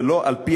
ולא על-פי